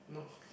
no